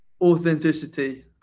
authenticity